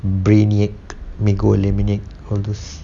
Brainiac Lego Eliminate all those